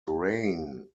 reign